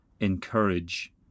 encourage